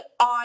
on